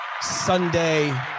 Sunday